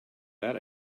that